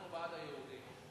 אנחנו בעד היהודים.